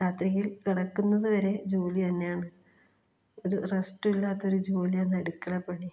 രാത്രിയിൽ കിടക്കുന്നത് വരെ ജോലി തന്നെയാണ് ഒരു റെസ്റ്റില്ലാത്തൊരു ജോലിയാണ് അടുക്കളപ്പണി